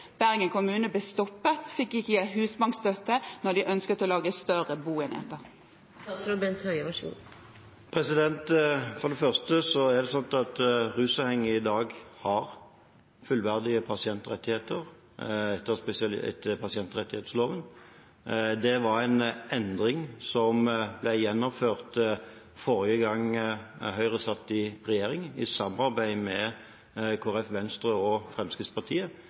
Bergen kommune ble stoppet og fikk ikke husbankstøtte da de ønsket å lage større boenheter. For det første har rusavhengige i dag fullverdige pasientrettigheter etter pasientrettighetsloven. Det var en endring som ble gjennomført forrige gang Høyre satt i regjering, i samarbeid med Kristelig Folkeparti, Venstre og Fremskrittspartiet,